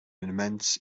immense